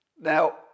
Now